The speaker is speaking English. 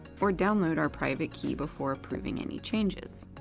or download our private key before approving any changes.